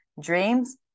dreams